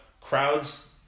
crowds